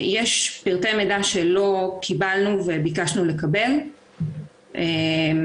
בחודש יולי האחרון קיבלתי מכתב התראה בדואר רגיל,